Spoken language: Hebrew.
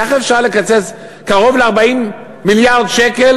כך אפשר לקצץ קרוב ל-40 מיליארד שקל